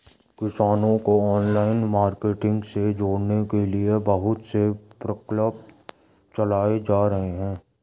किसानों को online marketing से जोड़ने के लिए बहुत से प्रकल्प चलाए जा रहे हैं